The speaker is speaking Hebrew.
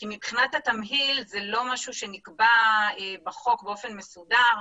כי מבחינת התמהיל זה לא משהו שנקבע בחוק באופן מסודר,